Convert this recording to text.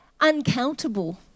uncountable